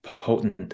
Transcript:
potent